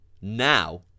now